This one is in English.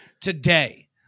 Today